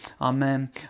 Amen